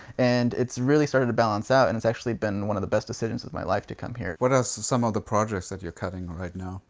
and it's really started to balance out and it's actually been one of the best decisions of my life to come here. what are ah so some of the projects that you're cutting right now?